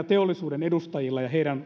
teollisuuden edustajien ja heidän